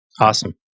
Awesome